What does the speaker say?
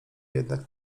jednak